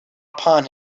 upon